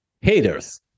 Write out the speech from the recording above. haters